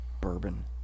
bourbon